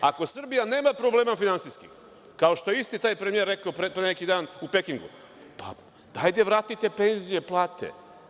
Ako Srbija nema finansijskih problema, kao što je isti taj premijer rekao pre neki dan u Pekingu, vratite penzije, plate.